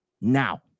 Now